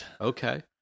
Okay